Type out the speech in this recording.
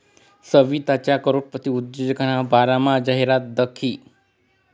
सवितानी करोडपती उद्योजकना बारामा जाहिरात दखी